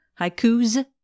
Haikus